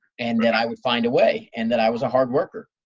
and that i would find a way and that i was a hard worker.